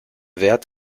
wert